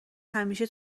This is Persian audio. همیشه